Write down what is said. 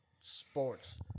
sports